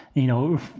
you know,